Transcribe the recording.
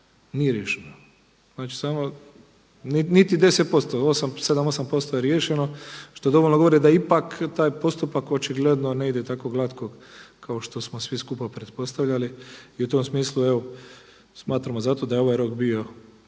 nije riješeno. Niti 10%, 7, 8% je riješeno što dovoljno govori da ipak taj postupak očigledno ne ide tako glatko kao što smo svi skupa pretpostavljali i u tom smislu smatramo da je ovaj rok bio